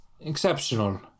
exceptional